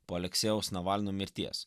po aleksejaus navalno mirties